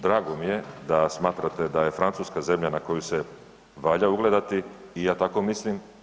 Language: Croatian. Drago mi je da smatrate da je Francuska zemlja na koju se valja ugledati i ja tako mislim.